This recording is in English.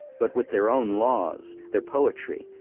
but with their own laws, their poetry,